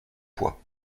pois